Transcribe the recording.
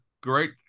great